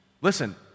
Listen